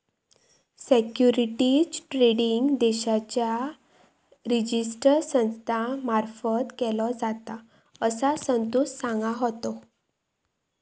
securities trading देशाच्या register संस्था मार्फत केलो जाता, असा संतोष सांगा होतो